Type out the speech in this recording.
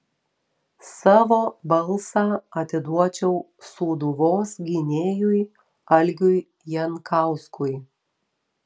savo balsą atiduočiau sūduvos gynėjui algiui jankauskui